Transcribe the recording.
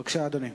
בבקשה, אדוני.